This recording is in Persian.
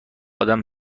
ادم